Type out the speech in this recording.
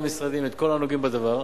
את כל המשרדים וכל הנוגעים בדבר,